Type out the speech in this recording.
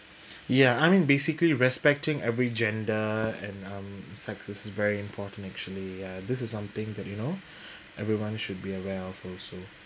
ya I mean basically respecting every gender and um sex is very important actually uh this is something that you know everyone should be aware of also